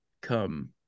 come